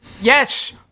Yes